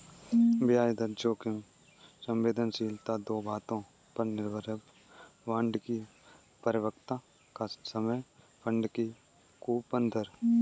ब्याज दर जोखिम संवेदनशीलता दो बातों पर निर्भर है, बांड की परिपक्वता का समय, बांड की कूपन दर